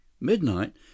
Midnight